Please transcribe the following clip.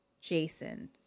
Jason